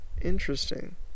interesting